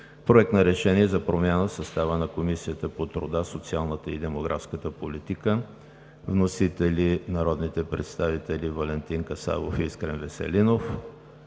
Проект на решение за промяна в състава на Комисията по труда, социалната и демографската политика. Вносители са народните представители Валентин Касабов и Искрен Веселинов.